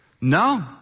No